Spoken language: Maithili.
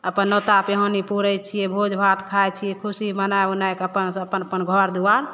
अपन नोता पिहानी पूरै छियै भोजभात खाइ छी खुशी मनाइ उनाइ कए अपन अपन घरदुआरि